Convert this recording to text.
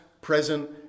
present